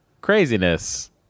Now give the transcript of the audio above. craziness